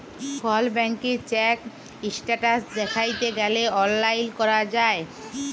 call ব্যাংকের check status দ্যাইখতে গ্যালে অললাইল ক্যরা যায়